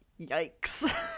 yikes